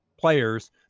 players